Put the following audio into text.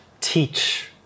teach